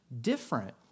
different